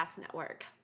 Network